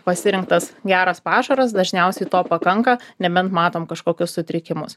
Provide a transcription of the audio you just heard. pasirinktas geras pašaras dažniausiai to pakanka nebent matom kažkokius sutrikimus